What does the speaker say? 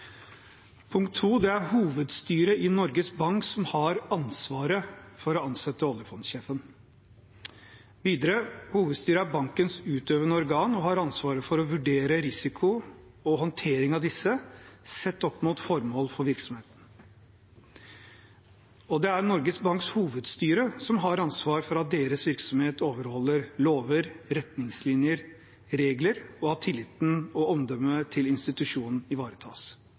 Det er hovedstyret i Norges Bank som har ansvaret for å ansette oljefondssjefen. Videre: Hovedstyret er bankens utøvende organ og har ansvaret for å vurdere risiko og håndtering av disse sett opp mot formål for virksomheten. Og det er Norges Banks hovedstyre som har ansvar for at deres virksomhet overholder lover, retningslinjer og regler, og at tilliten og omdømmet til institusjonen ivaretas.